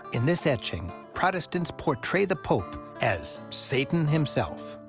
in this etching, protestants portray the pope as satan himself.